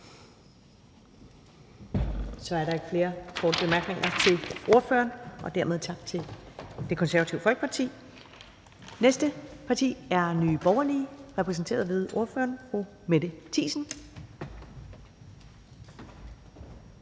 Så er der ikke flere korte bemærkninger til ordføreren, og dermed tak til Det Konservative Folkeparti. Det næste parti er Nye Borgerlige repræsenteret ved ordføreren, fru Mette Thiesen.